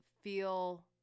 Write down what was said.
feel